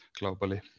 globally